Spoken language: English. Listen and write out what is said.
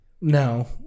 No